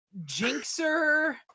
jinxer